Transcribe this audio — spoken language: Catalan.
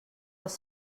els